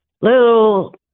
little